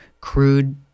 crude